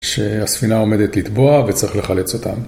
שהספינה עומדת לטבוע וצריך לחלץ אותה.